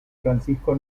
francisco